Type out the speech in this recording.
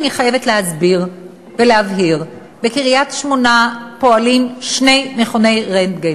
אני חייבת להסביר ולהבהיר: בקריית-שמונה פועלים שני מכוני רנטגן.